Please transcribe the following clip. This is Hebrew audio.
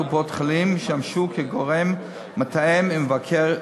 קופות-חולים ישמשו גורם מתאם ומבקר.